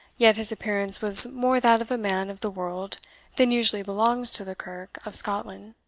yet his appearance was more that of a man of the world than usually belongs to the kirk of scotland,